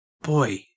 boy